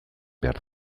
behar